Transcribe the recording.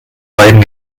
beidem